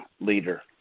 leader